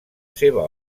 seva